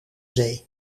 zee